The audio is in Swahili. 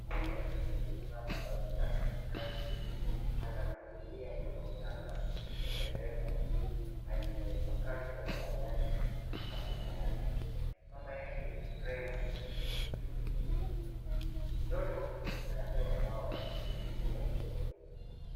Mhudumu wa afya aliyevaa mavazi rasmi ya kazi, anamhudumia mtoto mchanga wa kupendeza, aliyepakatwa mapajani na mama yake. Mama yake ni mrembo kupindukia. Mtoto anapewa dawa kupitia mdomo.